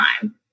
time